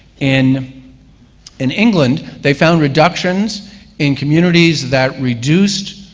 in in england, they found reductions in communities that reduced,